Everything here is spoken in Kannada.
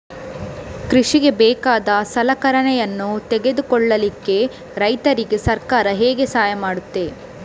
ಕೃಷಿಗೆ ಬೇಕಾದ ಸಲಕರಣೆಗಳನ್ನು ತೆಗೆದುಕೊಳ್ಳಿಕೆ ರೈತರಿಗೆ ಸರ್ಕಾರ ಹೇಗೆ ಸಹಾಯ ಮಾಡ್ತದೆ?